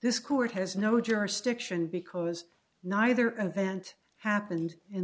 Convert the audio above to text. this court has no jurisdiction because neither an event happened in